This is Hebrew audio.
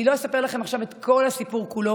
אני לא אספר לכם עכשיו את כל הסיפור כולו,